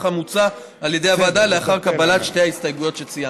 המוצע על ידי הוועדה לאחר קבלת שתי ההסתייגויות שציינתי.